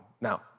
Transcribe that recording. Now